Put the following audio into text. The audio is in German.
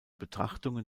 betrachtungen